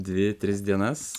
dvi tris dienas